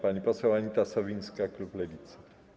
Pani poseł Anita Sowińska, klub Lewicy.